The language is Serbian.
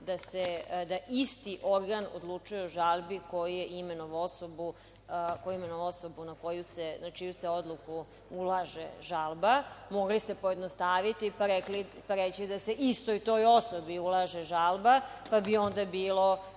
da isti organ odlučuje o žalbi koji je imenovao osobu na čiju se odluku ulaže žalba. Mogli ste pojednostaviti, pa reći da se istoj toj osobi ulaže žalba, pa bi onda bilo